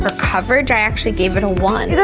ah coverage, i actually gave it a one.